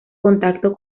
contacto